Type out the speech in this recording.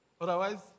Otherwise